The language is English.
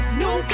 new